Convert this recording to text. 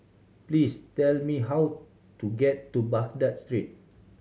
please tell me how to get to Baghdad Street